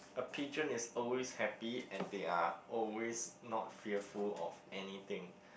a pigeon is always happy and they are always not fearful of anything